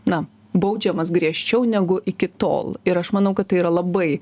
na baudžiamas griežčiau negu iki tol ir aš manau kad tai yra labai